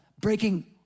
breaking